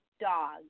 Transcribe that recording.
dog